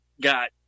got